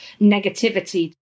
negativity